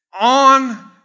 on